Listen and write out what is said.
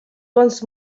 once